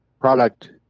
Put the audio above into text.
product